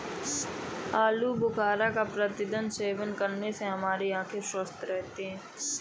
आलू बुखारा का प्रतिदिन सेवन करने से हमारी आंखें स्वस्थ रहती है